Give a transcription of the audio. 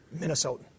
Minnesotan